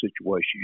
situation